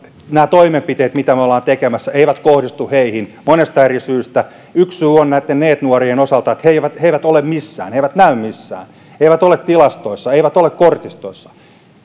nämä toimenpiteet mitä me olemme tekemässä eivät tavallaan kohdistu monesta eri syystä yksi syy näitten neet nuorien osalta on se että he eivät ole missään he eivät näy missään eivät ole tilastoissa eivät ole kortistoissa